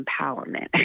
empowerment